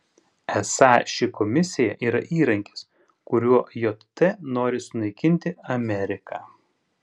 esą ši komisija yra įrankis kuriuo jt nori sunaikinti ameriką